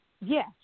yes